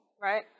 Right